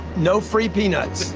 no free peanuts,